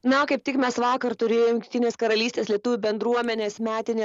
na kaip tik mes vakar turėjom jungtinės karalystės lietuvių bendruomenės metinį